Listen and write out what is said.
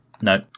No